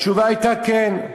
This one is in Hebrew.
התשובה הייתה כן,